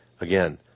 Again